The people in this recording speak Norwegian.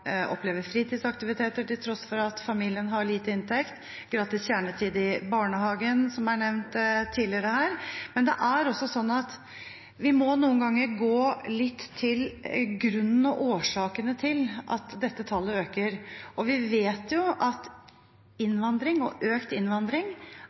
fritidsaktiviteter til tross for at familien har lite inntekt, gratis kjernetid i barnehagen, som er nevnt tidligere her. Men det er også slik at vi noen ganger må gå litt til årsakene til at dette tallet øker. Vi vet jo at